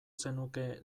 zenuke